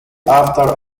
after